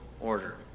order